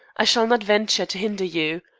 i shall not venture to hinder you.